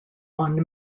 one